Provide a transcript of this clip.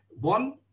One